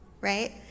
right